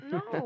no